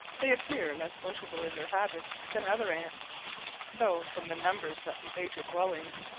they appear less sociable in their habits than other ants though, from the numbers that invade your dwellings,